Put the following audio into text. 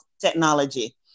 technology